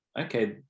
okay